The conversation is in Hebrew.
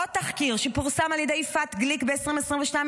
עוד תחקיר שפורסם על ידי יפעת גליק ב-2022,